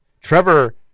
Trevor